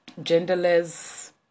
genderless